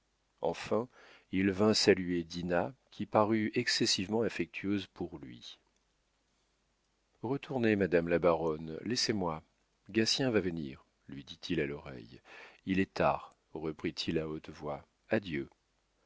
enfin il vint saluer dinah qui parut excessivement affectueuse pour lui retournez madame la baronne laissez-moi gatien va venir lui dit-il à l'oreille il est tard reprit-il à haute voix adieu